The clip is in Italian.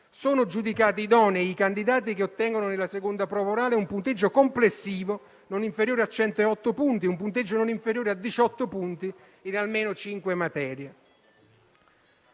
Sono giudicati idonei i candidati che ottengono nella seconda prova orale un punteggio complessivo non inferiore a 108 punti e un punteggio non inferiore a 18 punti in almeno cinque materie.